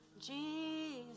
Jesus